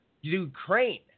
Ukraine